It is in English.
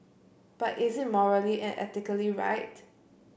but is it morally and ethically right